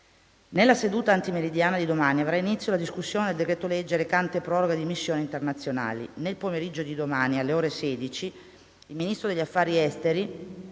Nella seduta antimeridiana di domani avrà inizio la discussione del decreto-legge recante proroga di missioni internazionali. Nel pomeriggio di domani, alle ore 16, il Ministro degli affari esteri